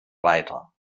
weiter